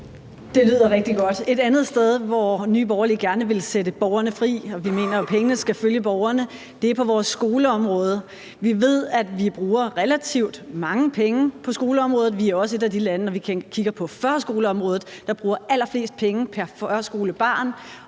Det lyder rigtig godt. Et andet sted, hvor Nye Borgerlige gerne vil sætte borgerne fri, og vi mener jo, at pengene skal følge borgerne, er på vores skoleområde. Vi ved, at vi bruger relativt mange penge på skoleområdet, vi er også et af de lande, når vi kigger på førskoleområdet, der bruger allerflest penge pr. førskolebarn,